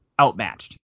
outmatched